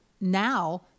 now